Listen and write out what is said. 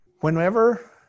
Whenever